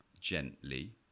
gently